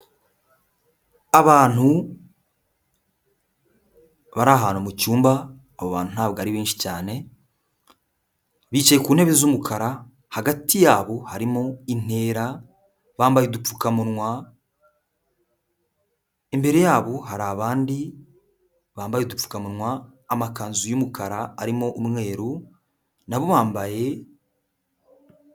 Abantu bari ahantu mu cyumba abo bantu ntabwo ari benshi cyane, bicaye ku ntebe z'umukara, hagati yabo harimo intera, bambaye udupfukamunwa, imbere yabo hari abandi bambaye udupfukanwa, amakanzu y'umukara arimo umweru na bambaye.